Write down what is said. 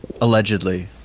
allegedly